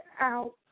out